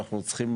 אנחנו צריכים